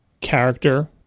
character